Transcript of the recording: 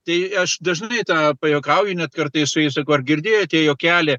tai aš dažnai tą pajuokauju net kartais su jais sakau ar girdėjote juokelį